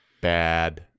Bad